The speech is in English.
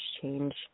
change